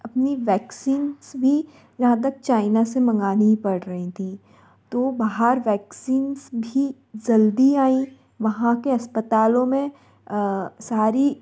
अपनी वैक्सीन्स भी यहाँ तक चाइना से मंगानी ही पड़ रही थीं तो बहार वैक्सीन्स भी ज़ल्दी आई वहाँ के अस्पतालों में सारी